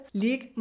league